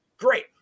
Great